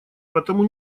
потому